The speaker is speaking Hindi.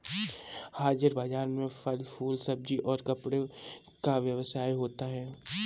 हाजिर बाजार में फल फूल सब्जी और कपड़े का व्यवसाय होता है